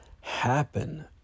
happen